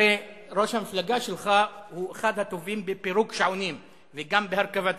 הרי ראש המפלגה שלך הוא אחד הטובים בפירוק שעונים וגם בהרכבתם,